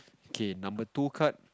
okay number two card